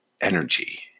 energy